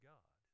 God